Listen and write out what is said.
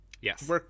Yes